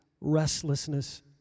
restlessness